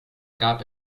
gab